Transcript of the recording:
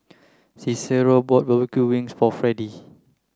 Cicero bought barbecue wings for Freddy